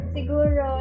Siguro